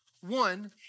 One